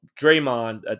Draymond